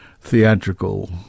theatrical